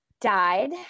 died